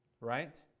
right